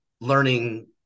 learning